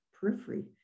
periphery